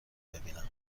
ببینم